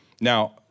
Now